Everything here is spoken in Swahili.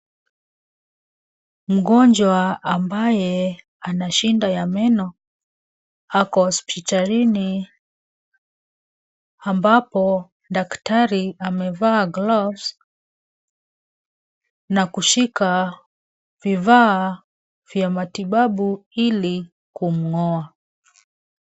Mgonjwa ambaye ana shida ya meno ako hospitalini ambapo daktari amevaa glovu na kushika vifaa vya matibabu ili kumng'oa.